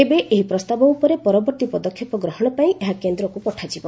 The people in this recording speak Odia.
ଏବେ ଏହି ପ୍ରସ୍ତାବ ଉପରେ ପରବର୍ତ୍ତୀ ପଦକ୍ଷେପ ଗ୍ରହଣ ପାଇଁ ଏହାକୁ କେନ୍ଦ୍ରକୁ ପଠାଯିବ